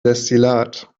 destillat